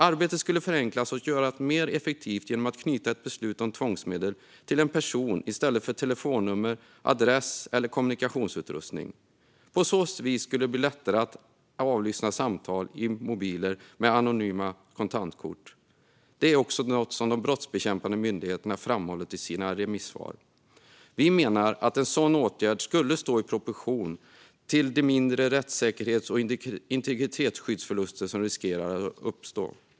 Arbetet skulle förenklas och göras mer effektivt genom att ett beslut om tvångsmedel knyts till en person i stället för till telefonnummer, adress eller elektronisk kommunikationsutrustning. På så vis skulle det bli lättare att avlyssna samtal i mobiler med anonyma kontantkort. Det är också något som de brottsbekämpande myndigheterna har framhållit i sina remissvar. Vi menar att en sådan åtgärd skulle stå i proportion till de mindre rättssäkerhets och integritetsskyddsförluster som riskerar att uppstå.